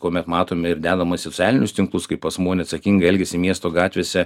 kuomet matome ir dedama į socialinius tinklus kaip asmuo neatsakingai elgiasi miesto gatvėse